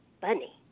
Bunny